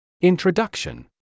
Introduction